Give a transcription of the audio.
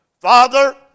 Father